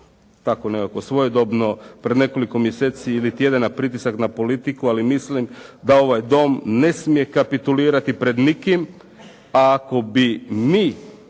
takvo nekakvo svojedobno, pred nekoliko mjeseci ili tjedana pritisak na politiku, ali mislim da ovaj Dom ne smije kapitulirati pred nikim, a ako bi mi